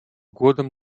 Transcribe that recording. годом